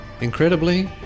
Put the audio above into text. Incredibly